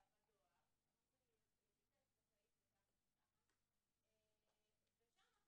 שתהיה אפשרות